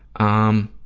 on